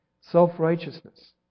self-righteousness